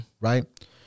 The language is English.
Right